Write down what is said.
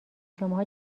شماها